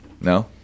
No